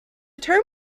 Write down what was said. term